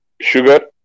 sugar